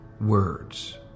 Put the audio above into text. words